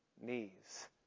knees